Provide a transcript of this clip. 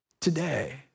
today